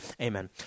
Amen